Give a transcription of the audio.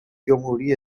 جمهوری